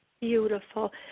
beautiful